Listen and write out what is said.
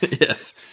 Yes